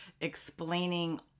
explaining